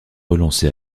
relancé